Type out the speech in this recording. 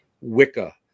Wicca